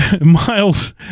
miles